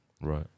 Right